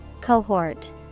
Cohort